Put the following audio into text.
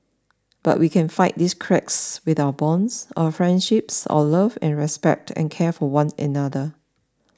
but we can fight these cracks with our bonds our friendships our love and respect and care for one another